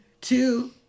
Two